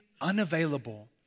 unavailable